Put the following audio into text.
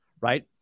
Right